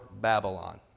Babylon